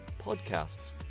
podcasts